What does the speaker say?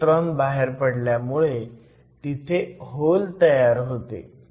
electron बाहेर पडल्यामुळे तिथे होल तयार होते